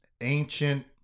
ancient